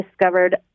discovered